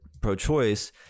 pro-choice